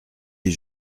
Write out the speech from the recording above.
les